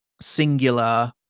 singular